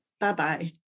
Bye-bye